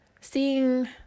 seeing